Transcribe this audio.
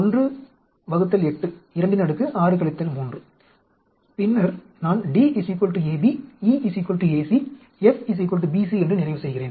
18 26 3 பின்னர் நான் D AB E AC F BC என்று நிறைவு செய்கிறேன்